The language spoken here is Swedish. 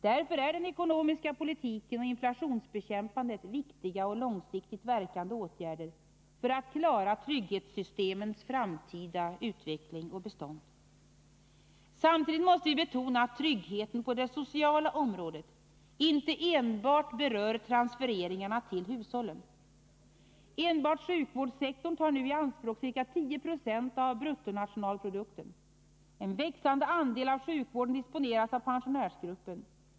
Därför är den ekonomiska politiken och inflationsbekämpandet viktiga och långsiktigt verkande åtgärder för att klara trygghetssystemens framtida utveckling. Samtidigt måste vi betona att tryggheten på det sociala området inte enbart berör transfereringarna till hushållen. Enbart sjukvårdssektorn tar nu i anspråk ca 1096 av bruttonationalprodukten. En växande andel av sjukvården disponeras av pensionärsgruppen.